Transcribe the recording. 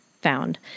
found